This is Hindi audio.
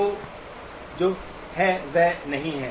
जो है वह नहीं है